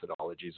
methodologies